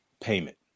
payment